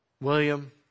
William